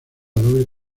doble